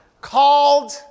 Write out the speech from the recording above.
Called